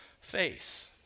face